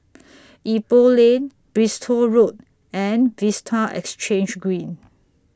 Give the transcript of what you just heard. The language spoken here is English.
Ipoh Lane Bristol Road and Vista Exhange Green